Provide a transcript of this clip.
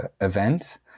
event